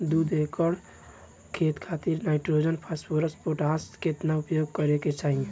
दू एकड़ खेत खातिर नाइट्रोजन फास्फोरस पोटाश केतना उपयोग करे के चाहीं?